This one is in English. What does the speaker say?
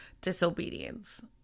disobedience